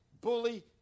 bully